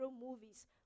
movies